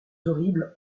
horrible